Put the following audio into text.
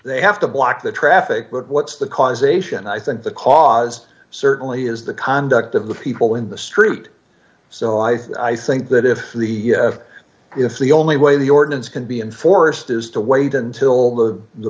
they have to block the traffic but what's the causation i think the cause certainly is the conduct of the people in the street so i think that if the if the only way the ordinance can be enforced is to wait until the